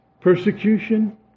Persecution